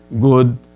good